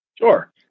Sure